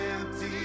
empty